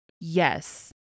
Yes